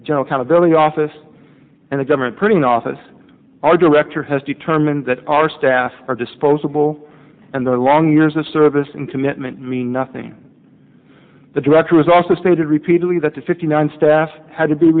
general kind of billing office and the government printing office our director has determined that our staff are disposable and their long years of service and commitment mean nothing the director has also stated repeatedly that the fifty nine staff had to be